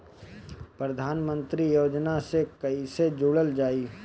प्रधानमंत्री योजना से कैसे जुड़ल जाइ?